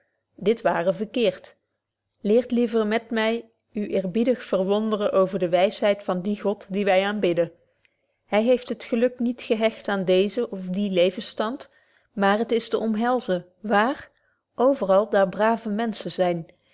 dit ware verkeert leert liever met my u eerbiedig verwonderen over de wysheid van dien god dien wy aanbidden hy heeft het geluk niet gehecht aan deezen of dien levensstand maar het is te omhelzen waar overal daar brave menschen zyn